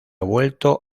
vuelto